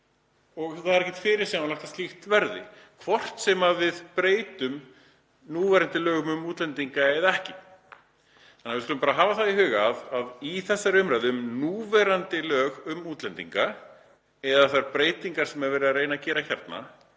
og það er ekki fyrirsjáanlegt að svo verði, hvort sem við breytum núverandi lögum um útlendinga eða ekki. Við skulum bara hafa það í huga í þessari umræðu um núverandi lög um útlendinga, eða þær breytingar sem er verið að reyna að gera hér,